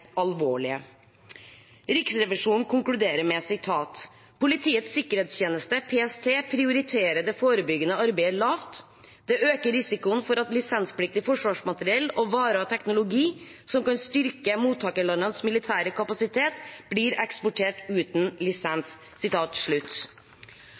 alvorlige. Riksrevisjonen konkluderer med at Politiets sikkerhetstjeneste, PST, prioriterer det forebyggende arbeidet lavt. Det øker risikoen for at lisenspliktig forsvarsmateriell og varer og teknologi som kan styrke mottakerlandenes militære kapasitet, blir eksportert uten